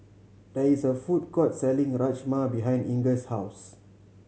there is a food court selling Rajma behind Inger's house